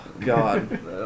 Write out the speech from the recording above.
God